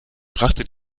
brachte